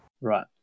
Right